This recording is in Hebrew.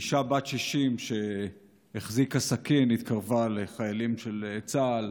אישה בת 60 שהחזיקה סכין התקרבה לחיילים של צה"ל